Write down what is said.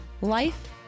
life